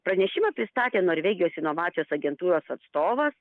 pranešimą pristatė norvegijos inovacijos agentūros atstovas